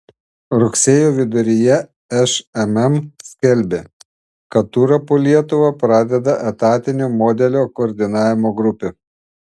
rugsėjo viduryje šmm skelbė kad turą po lietuvą pradeda etatinio modelio koordinavimo grupė